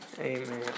amen